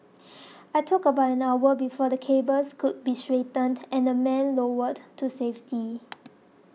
it took about an hour before the cables could be straightened and the men lowered to safety